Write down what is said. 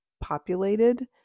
populated